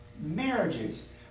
marriages